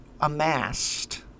amassed